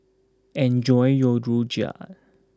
enjoy your Rojak